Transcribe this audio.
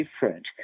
different